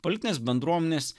politinės bendruomenės